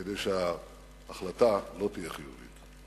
כדי שההחלטה לא תהיה חיובית.